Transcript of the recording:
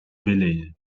bellay